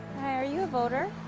hi, are you a voter?